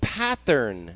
pattern